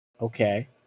Okay